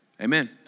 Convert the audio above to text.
Amen